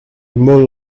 mall